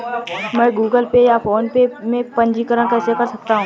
मैं Google Pay या PhonePe में पंजीकरण कैसे कर सकता हूँ?